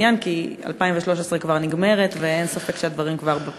כי 2013 כבר נגמרת, ואין ספק שהדברים כבר בפתח.